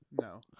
No